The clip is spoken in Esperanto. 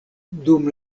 dum